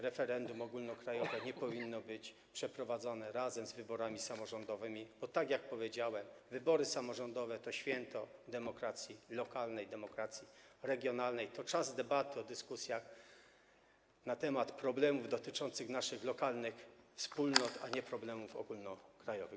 Referendum ogólnokrajowe nie powinno być nigdy przeprowadzane razem z wyborami samorządowymi, bo tak jak powiedziałem, wybory samorządowe to święto demokracji lokalnej, demokracji regionalnej, to czas debaty, dyskusji na temat problemów dotyczących naszych lokalnych wspólnot, a nie problemów ogólnokrajowych.